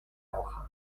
hoja